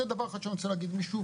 זה דבר אחד שאני רוצה להגיד, אם מישהו